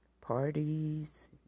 parties